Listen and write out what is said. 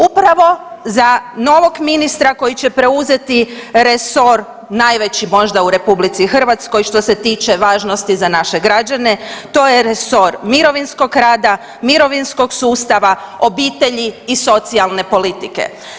Upravo za novog ministra koji će preuzeti resor najveći možda u Republici Hrvatskoj što se tiče važnosti za naše građane to je resor mirovinskog rada, mirovinskog sustava, obitelji i socijalne politike.